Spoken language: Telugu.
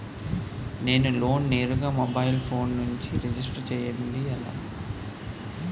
నేను లోన్ నేరుగా మొబైల్ ఫోన్ నుంచి రిజిస్టర్ చేయండి ఎలా?